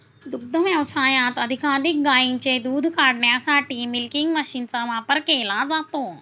दुग्ध व्यवसायात अधिकाधिक गायींचे दूध काढण्यासाठी मिल्किंग मशीनचा वापर केला जातो